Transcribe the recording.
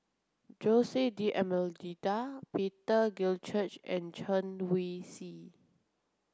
Jose D'almeida Peter Gilchrist and Chen Wen Csi